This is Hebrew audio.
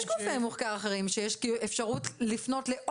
יש גופי מחקר אחרים שיש אפשרות לפנות אליהם,